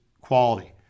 quality